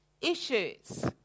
issues